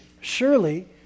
Surely